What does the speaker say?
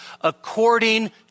according